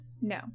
No